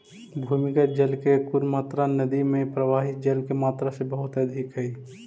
भूमिगत जल के कुल मात्रा नदि में प्रवाहित जल के मात्रा से बहुत अधिक हई